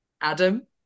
Adam